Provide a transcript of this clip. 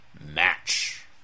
match